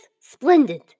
splendid